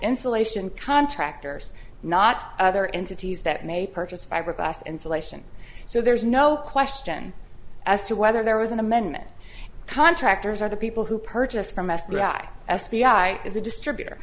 insulation contractors not other entities that may purchase fiberglass insulation so there is no question as to whether there was an amendment contractors are the people who purchase from sri s p i as a distributor